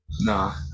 Nah